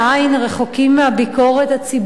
רחוקים מהביקורת הציבורית,